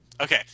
Okay